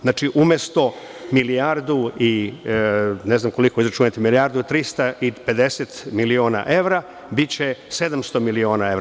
Znači umesto milijardu i ne znam koliko, izračunajte mi, milijardu i 350 miliona evra biće 700 miliona evra.